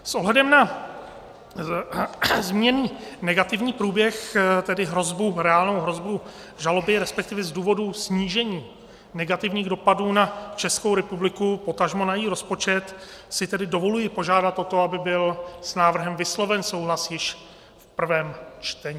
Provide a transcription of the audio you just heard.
S ohledem na zmíněný negativní průběh, tedy hrozbu, reálnou hrozbu žaloby, respektive z důvodu snížení negativních dopadů na Českou republiku, potažmo na její rozpočet, si tedy dovoluji požádat o to, aby byl s návrhem vysloven souhlas již v prvém čtení.